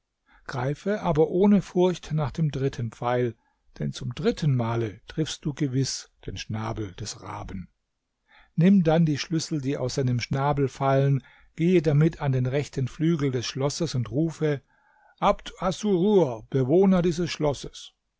greife aber ohne furcht nach dem dritten pfeil denn zum dritten male triffst du gewiß den schnabel des raben nimm dann die schlüssel die aus seinem schnabel fallen gehe damit an den rechten flügel des schlosses und rufe abd assurur bewohner dieses schlosses